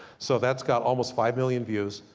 so that's got almost five million views.